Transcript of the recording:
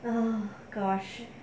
oh gosh